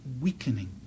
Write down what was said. weakening